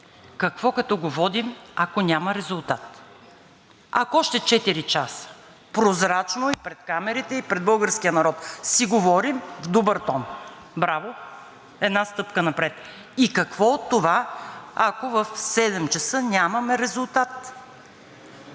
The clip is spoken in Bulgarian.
какво като го водим, ако няма резултат? Ако още четири часа прозрачно и пред камерите, и пред българския народ си говорим с добър тон? Браво, една стъпка напред! И какво от това, ако в 19,00 ч. нямаме резултат